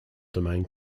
domain